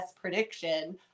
prediction